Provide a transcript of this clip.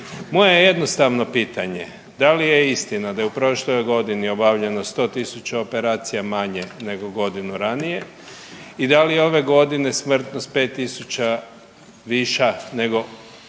je jednostavno pitanje. Da li je istina da je u prošloj godini obavljeno 100.000 operacija manje nego godinu ranije i da li je ove godine smrtnost 5.000 viša nego